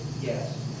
Yes